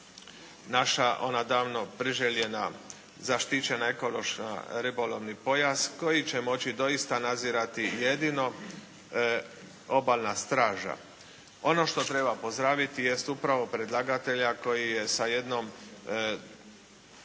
naša ona davno priželjena zaštićena ekološko-ribolovni pojas koji će moći doista nadzirati jedino Obalna straža. Ono što treba pozdraviti jest upravo predlagatelja koji je sa jednom